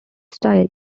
style